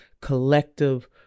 collective